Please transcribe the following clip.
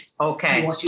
Okay